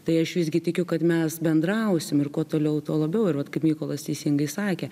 tai aš visgi tikiu kad mes bendrausim ir kuo toliau tuo labiau ir vat kaip mykolas teisingai sakė